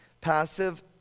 passive